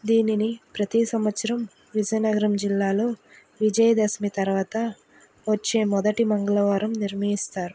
దీనిని ప్రతి సంవత్సరం విజయనగరం జిల్లాలో విజయదశమి తర్వాత వచ్చే మొదటి మంగళవారం నిర్మిస్తారు